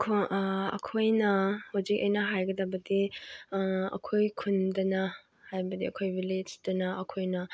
ꯑꯩꯈꯣꯏꯅ ꯍꯧꯖꯤꯛ ꯑꯩꯅ ꯍꯥꯏꯒꯗꯕꯗꯤ ꯑꯩꯈꯣꯏ ꯈꯨꯟꯗꯅ ꯍꯥꯏꯕꯗꯤ ꯑꯩꯈꯣꯏ ꯚꯤꯜꯂꯦꯖꯇꯅ ꯑꯩꯈꯣꯏꯅ